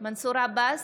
מנסור עבאס,